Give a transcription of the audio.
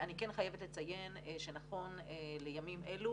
אני כן חייבת לציין שנכון לימים אלו,